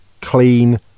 clean